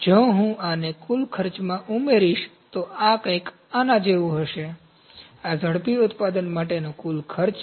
જો હું આને કુલ ખર્ચમાં ઉમેરીશ તો આ કંઈક આના જેવું હશે આ ઝડપી ઉત્પાદન માટેનો કુલ ખર્ચ છે